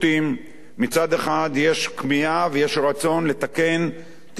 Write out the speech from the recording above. מצד אחד יש כמיהה ויש רצון לתקן תיקונים חברתיים,